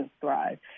thrive